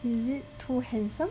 is it too handsome